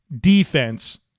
defense